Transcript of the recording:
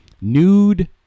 Nude